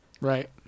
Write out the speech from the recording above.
Right